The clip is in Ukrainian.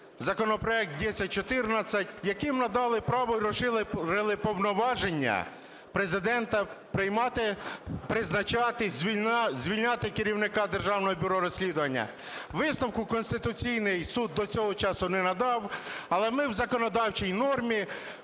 законопроект 1014, яким надали право і розширили повноваження Президента приймати, призначати, звільняти керівника Державного бюро розслідувань. Висновку Конституційний Суд до цього часу не надав. Але ми в законодавчій нормі,